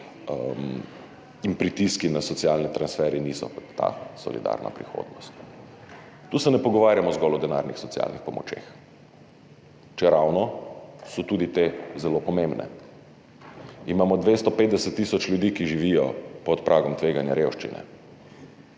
in pritiski na socialne transferje niso ta solidarna prihodnost. Tu se ne pogovarjamo zgolj o denarnih socialnih pomočeh, čeravno so tudi te zelo pomembne. Imamo 250 tisoč ljudi, ki živijo pod pragom tveganja revščine.